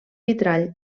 vitrall